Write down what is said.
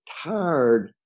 tired